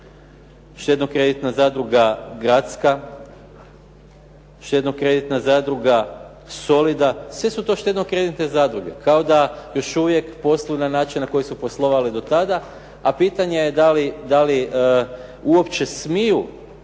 Štedno-kreditna zadruga gradska, Štedno-kreditna zadruga “Solida“. Sve su to štedno-kreditne zadruge kao da još uvijek posluju na način na koji su poslovale do tada, a pitanje je da li uopće smiju